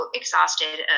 exhausted